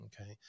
Okay